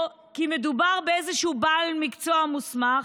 או כי מדובר באיזשהו בעל מקצוע מוסמך,